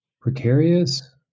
precarious